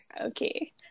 okay